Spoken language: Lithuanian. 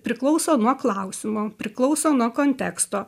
priklauso nuo klausimo priklauso nuo konteksto